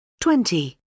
twenty